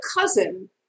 cousin